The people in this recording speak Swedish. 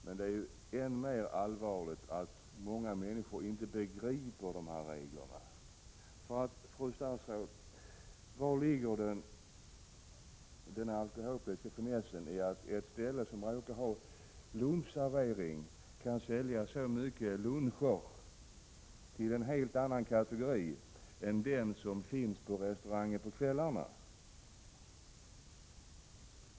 Men det är ännu mer allvarligt att många människor inte begriper de här reglerna. Fru statsråd! Vari ligger den alkoholpolitiska finessen med att ett ställe som råkar ha lunchservering kan sälja så många fler luncher till en helt annan kategori än den som finns på restaurangen på kvällarna?